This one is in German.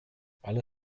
alle